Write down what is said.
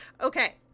Okay